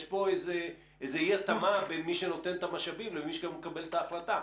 יש פה איזו אי התאמה בין מי שנותן את המשאבים לבין מי שמקבל את ההחלטה.